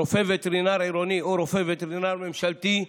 רופא וטרינר עירוני או רופא וטרינר ממשלתי,